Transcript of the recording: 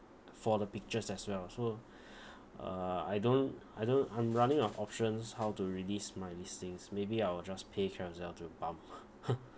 for the pictures as well so uh I don't I don't I'm running out of options how to relist my listings maybe I will just pay Carousell to bump